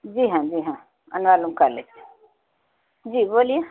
جی ہاں جی ہاں جی بولیے